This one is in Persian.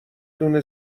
دونه